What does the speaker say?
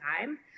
time